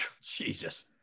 Jesus